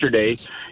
yesterday